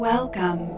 Welcome